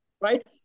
Right